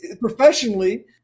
professionally